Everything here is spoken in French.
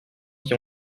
qui